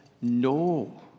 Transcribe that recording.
no